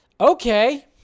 Okay